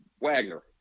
Wagner